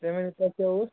payment کیاہ کیاہ اوس